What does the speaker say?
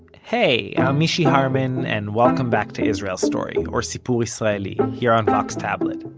hey, i'm mishy harman, and welcome back to israel story, or sipur israeli, here on vox tablet.